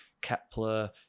Kepler